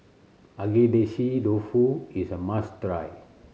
Agedashi Dofu is a must try